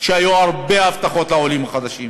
והיו הרבה הבטחות לעולים החדשים.